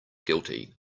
guilty